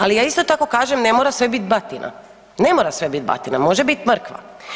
Ali ja isto tako kažem ne mora sve bit batina, ne mora sve bit batina, može bit mrkva.